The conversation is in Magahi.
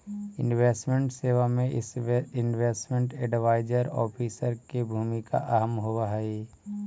इन्वेस्टमेंट सेवा में इन्वेस्टमेंट एडवाइजरी ऑफिसर के भूमिका अहम होवऽ हई